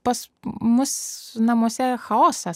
pas mus namuose chaosas